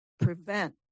prevent